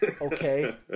Okay